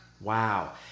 wow